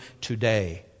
today